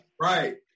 Right